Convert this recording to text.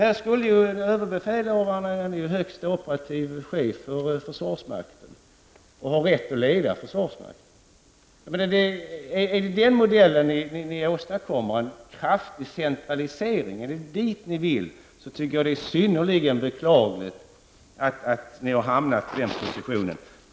ÖB är ju den högsta operativa chefen för försvarsmakten och har rätt att leda försvarsmakten. Är det denna modell som ni vill åstadkomma, alltså en kraftig centralisering, och är det dit ni vill, tycker jag att det är synnerligen beklagligt.